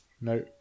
No